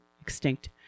extinct